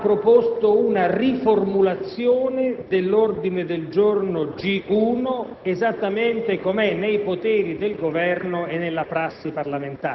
vorrei rispondere: noi stiamo discutendo gli ordini del giorno.